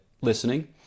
listening